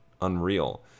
unreal